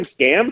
scam